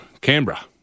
Canberra